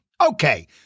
Okay